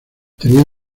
tenía